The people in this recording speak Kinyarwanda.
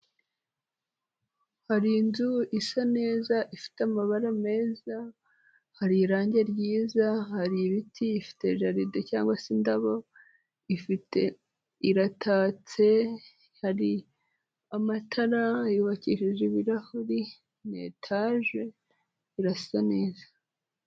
Hari inzu isa neza ifite amabara meza, hari irangi ryiza, hari ibiti, ifite jaride cyangwa se indabo, iratatse, hari amatara yubakishije ibirahuri, ni etaje, irasa neza.